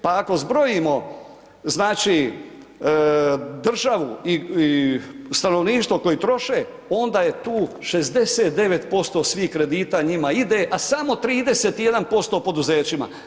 Pa ako zbrojimo državu i stanovništvo koji troše onda je tu 69% svih kredita njima ide, a samo 31% poduzećima.